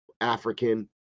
African